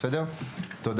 תודה.